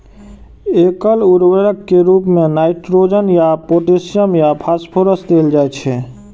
एकल उर्वरक के रूप मे नाइट्रोजन या पोटेशियम या फास्फोरस देल जाइ छै